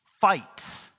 fight